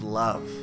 love